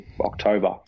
October